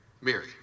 Mary